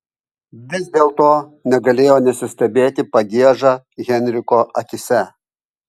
vis dėlto negalėjo nesistebėti pagieža henriko akyse